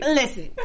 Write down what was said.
listen